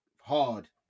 hard